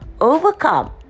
overcome